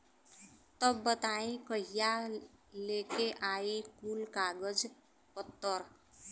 तब बताई कहिया लेके आई कुल कागज पतर?